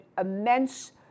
immense